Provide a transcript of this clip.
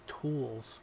tools